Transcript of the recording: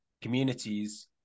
communities